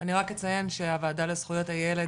אני רק אציין שהוועדה לזכויות הילד,